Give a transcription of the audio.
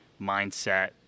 mindset